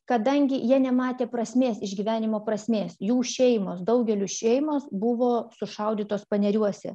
kadangi jie nematė prasmės išgyvenimo prasmės jų šeimos daugelio šeimos buvo sušaudytos paneriuose